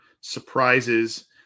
surprises